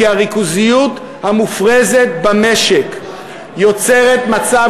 כי הריכוזיות המופרזת במשק יוצרת מצב